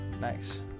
Nice